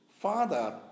Father